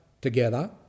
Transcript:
together